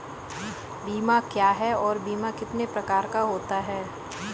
बीमा क्या है और बीमा कितने प्रकार का होता है?